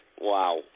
Wow